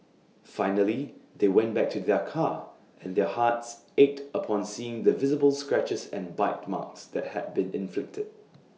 finally they went back to their car and their hearts ached upon seeing the visible scratches and bite marks that had been inflicted